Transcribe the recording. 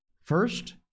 First